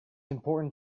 important